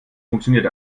funktioniert